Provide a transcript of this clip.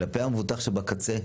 כלפי המבוטח שבקצה,